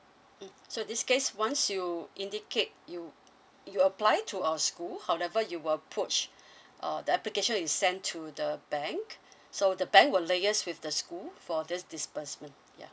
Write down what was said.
mm so this case once you indicate you you apply to our school however you will approach uh the application is sent to the bank so the bank will liaise with the school for this disbursement ya